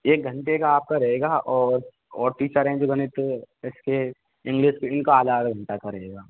एक घंटे का आपका रहेगा और और टीचरें जो गणित इसके इंग्लिश की इनका आधा आधा घंटा का रहेगा